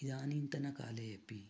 इदानीन्तनकाले अपि